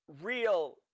real